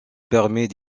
permet